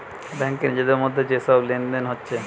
ব্যাংকে নিজেদের মধ্যে যে সব লেনদেন হচ্ছে